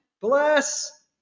Bless